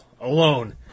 alone